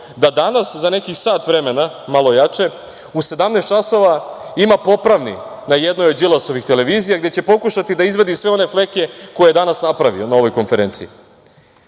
da danas za nekih sat vremena, malo jače, u 17 časova ima popravni na jednoj od Đilasovih televizija, gde će pokušati da izvadi sve one fleke koje je danas napravio na ovoj konferenciji. Izgovoriti